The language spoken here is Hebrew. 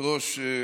גברתי היושבת-ראש,